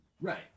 Right